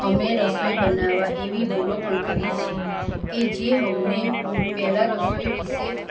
અમે રસોઈ બનાવવા એવી ભૂલો પણ કરી છે કે જે અમને પેલા રસોઈ વિષે